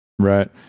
Right